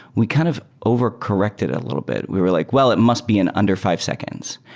we kind of overcorrected a little bit. we were like, well, it must be in under five seconds,